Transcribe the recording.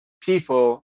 people